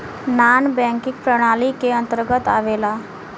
नानॅ banking प्रणाली के अंतर्गत आवेला